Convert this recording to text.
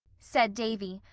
said davy,